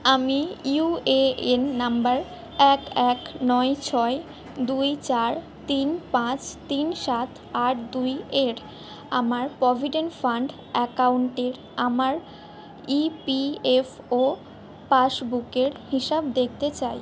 আমি UAN number এক এক নয় ছয় দুই চার তিন পাঁচ তিন সাত আট দুইয়ের আমার প্রভিডেন্ট ফাণ্ড অ্যাকাউন্টের আমার ইপিএফও পাসবুকের হিসাব দেখতে চাই